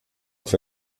auf